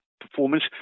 performance